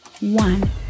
one